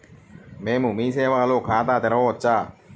మేము మీ సేవలో ఖాతా తెరవవచ్చా?